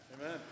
Amen